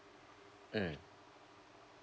mm